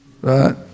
Right